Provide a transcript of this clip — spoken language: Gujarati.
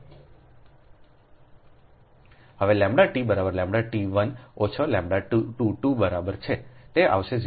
હવેλT બરાબરλ t 1 ઓછાλ2 2 બરાબર છે તે આવશે 0